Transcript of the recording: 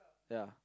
ya